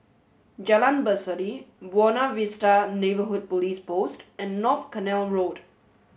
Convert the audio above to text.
Jalan Berseri Buona Vista Neighbourhood Police Post and North Canal Road